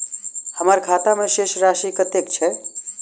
हम्मर खाता मे शेष राशि कतेक छैय?